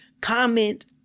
comment